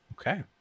Okay